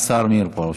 בבקשה.